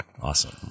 Awesome